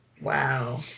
Wow